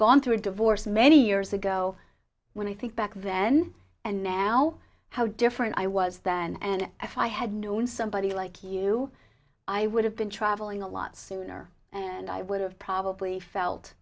gone through a divorce many years ago when i think back then and now how different i was than and if i had known somebody like you i would have been traveling a lot sooner and i would have probably felt